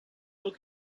look